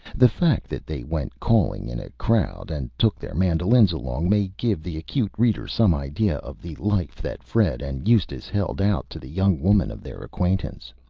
the fact that they went calling in a crowd, and took their mandolins along, may give the acute reader some idea of the life that fred and eustace held out to the young women of their acquaintance.